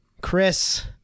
Chris